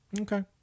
Okay